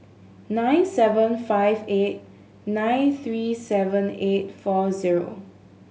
nine seven five eight nine three seven eight four zero